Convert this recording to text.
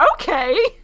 okay